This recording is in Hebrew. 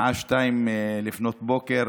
בשעה 02:00,